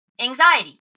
anxiety